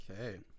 Okay